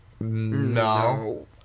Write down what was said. no